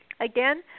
again